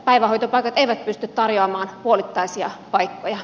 päivähoitopaikat eivät pysty tarjoamaan puolittaisia paikkoja